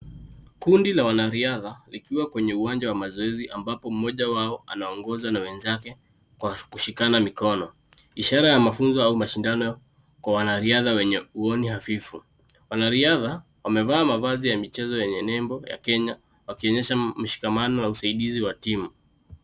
Kundi la wanaridha wakiwa kwenye uwanaja wa mazoezi ambapo mmoja wao anaongoza na wenzake kushikana mkono. Ishara ya mafunzo au mashindano kwa wanariadha wenye uoni hafifu. Wanariadha wameva mavazi ya michezo yenye nembo kenya ya wakionysha mshikamano na usaidizi wa timu.